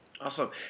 Awesome